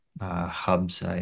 hubs